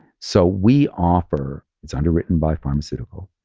so we offer, it's underwritten by pharmaceutical,